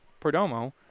Perdomo